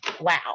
wow